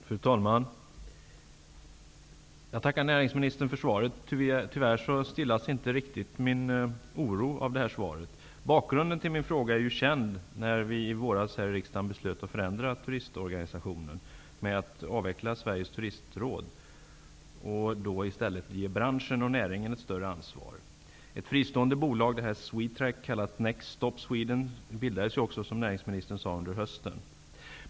Fru talman! Jag tackar näringsministern för svaret. Tyvärr stillas min oro inte helt av det här svaret. Bakgrunden till min fråga är känd. Vi beslöt i våras här i riksdagen att avveckla turistorganisationen genom att avveckla Sveriges Turistråd och i stället ge branschen ett större ansvar. Ett fristående bolag, Swetrack, kallat Next Stop Sweden, bildades under hösten, som näringsministern sade.